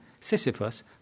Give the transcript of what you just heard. Sisyphus